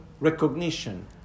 recognition